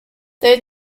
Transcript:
they